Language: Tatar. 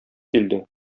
килде